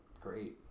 Great